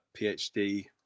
PhD